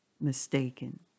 mistaken